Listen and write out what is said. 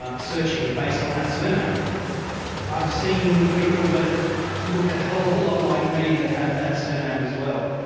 ah searching based on that surname i've seen people that look a hell of a lot like me that have that surname as well.